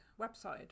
website